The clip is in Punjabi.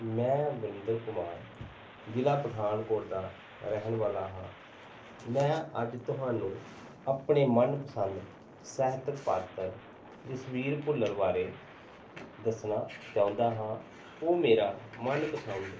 ਮੈਂ ਵਰਿੰਦਰ ਕੁਮਾਰ ਜ਼ਿਲ੍ਹਾ ਪਠਾਨਕੋਟ ਦਾ ਰਹਿਣ ਵਾਲਾ ਹਾਂ ਮੈਂ ਅੱਜ ਤੁਹਾਨੂੰ ਆਪਣੇ ਮਨਪਸੰਦ ਸਾਹਿਤਕ ਪਾਤਰ ਜਸਬੀਰ ਭੁੱਲਰ ਬਾਰੇ ਦੱਸਣਾ ਚਾਹੁੰਦਾ ਹਾਂ ਉਹ ਮੇਰਾ ਮਨਪਸੰਦ